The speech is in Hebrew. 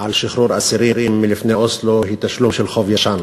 על שחרור אסירים מלפני אוסלו היא תשלום של חוב ישן,